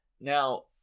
now